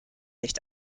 nicht